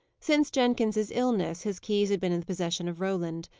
since jenkins's illness, his keys had been in the possession of roland.